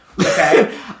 Okay